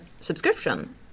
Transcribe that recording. subscription